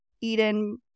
Eden